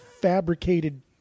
fabricated